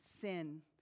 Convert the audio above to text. sin